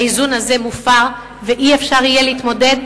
האיזון הזה מופר ואי-אפשר יהיה להתמודד?